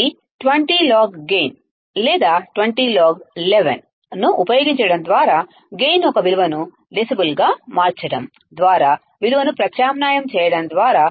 ఇది 20 log gain లేదా 20 log ను ఉపయోగించడం ద్వారా గైన్ యొక్క విలువను డెసిబెల్లుగా మార్చడం ద్వారా విలువను ప్రత్యామ్నాయం చేయడం ద్వారా